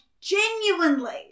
genuinely